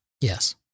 Yes